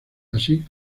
así